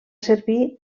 servir